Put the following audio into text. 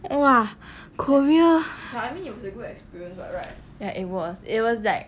!wah! Korea ya it was it was like